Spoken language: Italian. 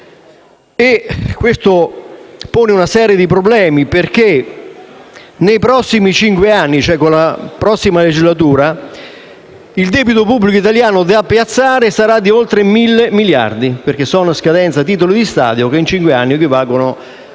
Questo pone una serie di problemi, perché nei prossimi cinque anni, cioè nella prossima legislatura, il debito pubblico italiano da piazzare sarà di oltre mille miliardi, perché sono a scadenza titoli di Stato che in cinque anni equivalgono